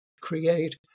create